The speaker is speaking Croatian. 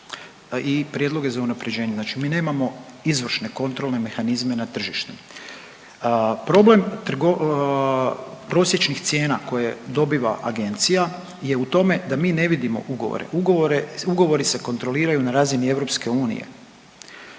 i prijedloge za unapređenje, znači mi nemamo izvršne kontrolne mehanizme na tržištu. Problem prosječnih cijena koje dobiva agencija je u tome da mi ne vidimo ugovore. Ugovori se kontroliraju na razini EU. Tamo se